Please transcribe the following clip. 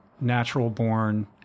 natural-born